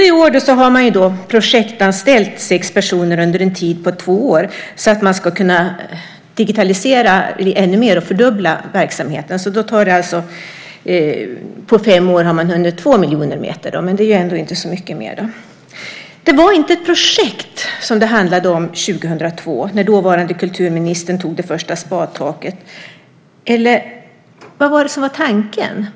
I år har man projektanställt sex personer under en tid av två år, så att man ska kunna digitalisera ännu mer, och fördubbla verksamheten. På fem år har man då hunnit med 2 miljoner meter, men det är inte så mycket mer. Det var inte ett projekt det handlade om 2002 när dåvarande kulturministern tog det första spadtaget. Eller vad var tanken?